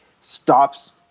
stops